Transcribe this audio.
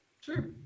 Sure